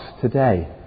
today